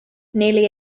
nearly